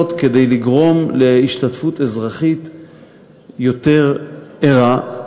כדי לגרום להשתתפות אזרחית יותר ערה?